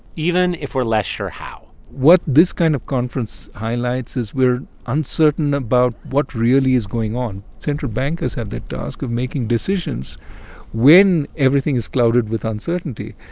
even if we're less sure how what this kind of conference highlights is we're uncertain about what really is going on. central bankers have the task of making decisions when everything is clouded with uncertainty.